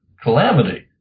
calamity